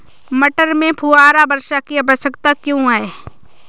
मटर में फुहारा वर्षा की आवश्यकता क्यो है?